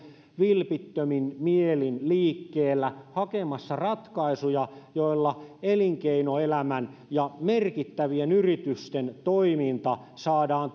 vilpittömin mielin liikkeellä hakemassa ratkaisuja joilla elinkeinoelämän ja merkittävien yritysten toiminta saadaan